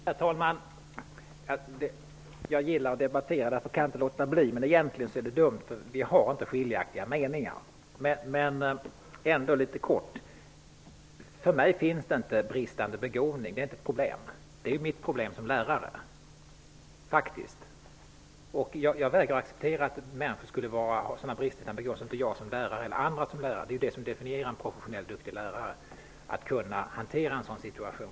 Herr talman! Jag gillar att debattera, och jag kan inte låta bli att ta replik. Egentligen är det dumt, eftersom vi inte har skiljaktiga meningar. Men jag vill ändå litet kort tillägga följande. För mig finns det inte bristande begåvning. Det är inte ett problem för eleven. Det är mitt problem som lärare. Jag vägrar att acceptera att människor skulle ha sådana brister i sin begåvning att jag som lärare eller andra som lärare kan klara av att undervisa. Det som definierar en professionell och duktig lärare är att kunna hantera en sådan situation.